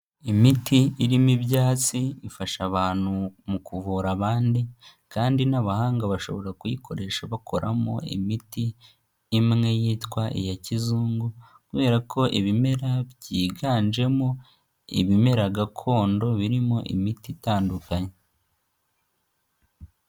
Imiti irimo ibyatsi ifasha abantu mu kuvura abandi kandi n'abahanga bashobora kuyikoresha bakoramo imiti imwe yitwa iya kizungu, kubera ko ibimera byiganjemo ibimera gakondo birimo imiti itandukanye.